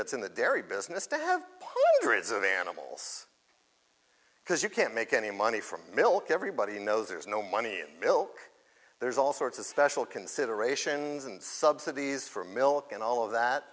that's in the dairy business to have dreams of animals because you can't make any money from milk everybody knows there's no money in milk there's all sorts of special considerations and subsidies for milk and all of that